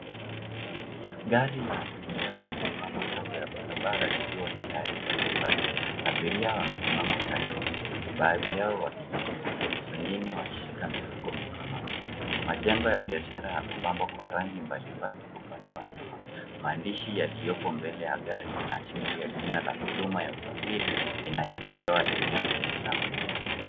Gari la abiria limesimama kando ya barabara likiwa tayari kwa safari. Abiria wamesimama karibu, baadhi yao wakiingia, wengine wakishika mifuko mikononi. Majengo ya biashara yamepambwa kwa rangi mbalimbali upande wa nyuma. Maandishi yaliyopo mbele ya gari yanaashiria jina la huduma ya usafiri inayotolewa eneo hili la mji.